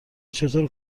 چطور